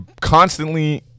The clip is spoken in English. constantly